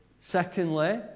secondly